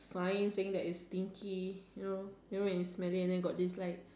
flying thing that is stinky you know and when you smell it and got this it's like